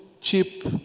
cheap